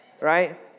Right